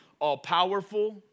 all-powerful